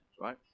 right